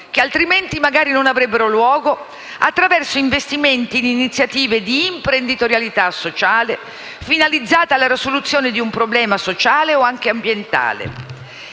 che - magari - non avrebbero altrimenti luogo, attraverso investimenti per iniziative di imprenditorialità sociale finalizzate alla risoluzione di un problema sociale o anche ambientale.